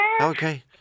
Okay